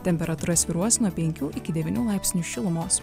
temperatūra svyruos nuo penkių iki devynių laipsnių šilumos